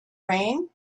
rain